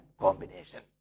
combination